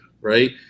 right